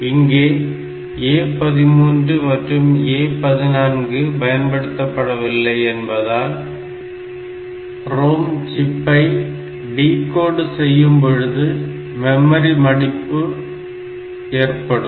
இங்கே A13 மற்றும் A14 பயன்படுத்தப்படவில்லை என்பதால் ROM சிப்பை டிகோடு செய்யும்பொழுது மெமரிமடிப்பு ஏற்படும்